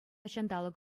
ҫанталӑк